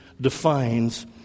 defines